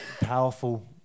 powerful